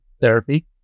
therapy